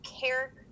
care